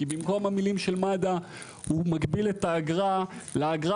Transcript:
כי במקום המילים של מד"א הוא מגביל את האגרה לאגרה